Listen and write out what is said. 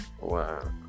Wow